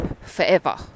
forever